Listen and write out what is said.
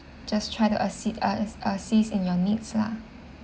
just try to assist uh assist in your needs lah